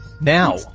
Now